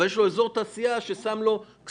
אבל יש להם אזור תעשייה שמשם יש להם כספים.